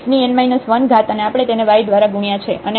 તેથી આ xn 1 અને આપણે તેને y દ્વારા ગુણ્યાં છે